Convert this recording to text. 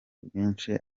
bwinshi